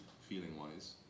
feeling-wise